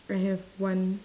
I have one